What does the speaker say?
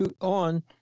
on